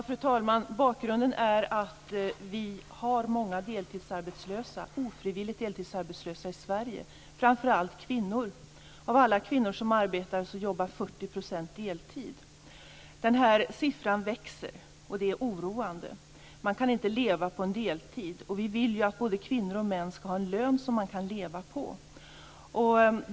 Fru talman! Bakgrunden är att vi har många ofrivilligt deltidsarbetslösa i Sverige, framför allt kvinnor. Av alla kvinnor som arbetar jobbar 40 % deltid. Den här siffran växer, och det är oroande. Man kan inte leva på en deltidslön. Vi vill att både kvinnor och män skall ha en lön som man kan leva på.